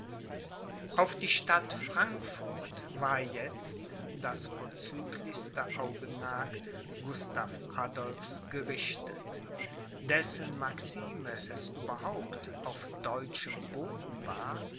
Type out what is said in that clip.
auf die stadt frankfurt war jetzt das vorzüglichste augenmerk gustav adolphs gerichtet dessen maxime es überhaupt auf deutschem boden war